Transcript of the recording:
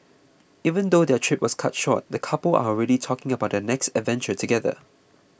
even though their trip was cut short the couple are already talking about their next adventure together